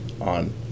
on